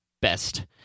best